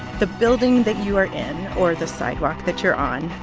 the building that you are in or the sidewalk that you're on,